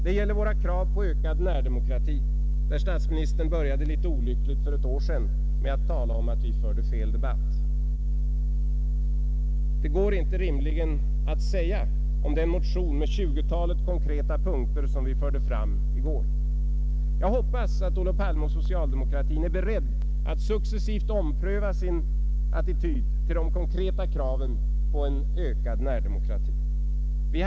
Det gäller våra krav på ökad närdemokrati, där statsministern började litet olyckligt för ett år sedan med att tala om att vi förde fel debatt — det går rimligen inte att säga det om den motion med 20-talet konkreta punkter som vi väckte i går. Jag hoppas att Olof Palme och socialdemokratin är beredda att successivt ompröva sin attityd till de konkreta kraven på en ökad närdemokrati.